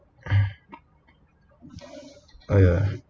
oh ya